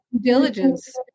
diligence